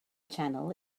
channel